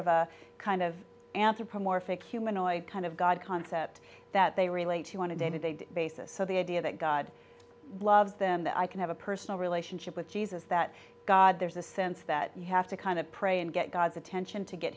humanoid kind of god concept that they relate to want to day to day basis so the idea that god loves them that i can have a personal relationship with jesus that god there's a sense that you have to kind of pray and get god's attention to get